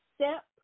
Step